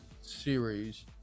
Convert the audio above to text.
series